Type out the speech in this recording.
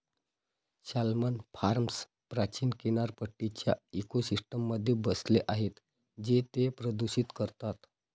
salmon farms प्राचीन किनारपट्टीच्या इकोसिस्टममध्ये बसले आहेत जे ते प्रदूषित करतात